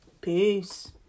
Peace